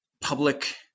public